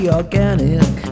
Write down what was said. organic